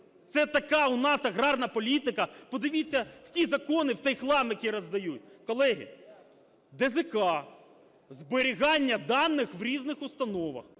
Це така у нас аграрна політика! Подивіться в ті закони, в той хлам, який роздають. Колеги, ДЗК, зберігання даних в різних установах.